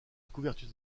couverture